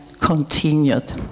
continued